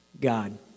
God